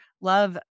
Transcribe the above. love